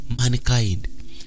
Mankind